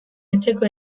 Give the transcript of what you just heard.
etxeko